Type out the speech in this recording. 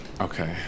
Okay